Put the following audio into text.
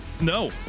No